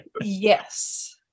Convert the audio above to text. Yes